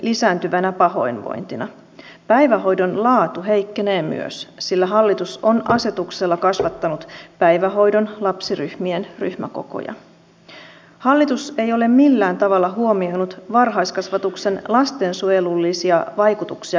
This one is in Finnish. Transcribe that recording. eli tässä mielessä en kyllä missään nimessä ymmärrä edustaja mäkelän viittauksia ja toivottavasti tässä oli nyt teille vastaus niin että ehkä opitte jotain